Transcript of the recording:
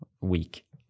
week